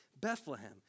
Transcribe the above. Bethlehem